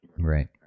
Right